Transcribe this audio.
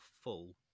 full